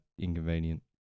inconvenient